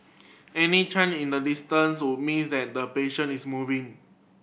any change in the distance would mean that the patient is moving